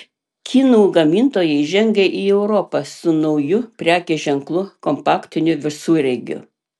kinų gamintojai žengia į europą su nauju prekės ženklu kompaktiniu visureigiu